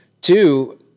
two